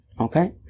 Okay